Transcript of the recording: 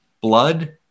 blood